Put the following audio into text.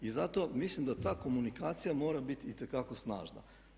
I zato mislim da ta komunikacija mora biti itekako snažna.